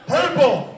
Purple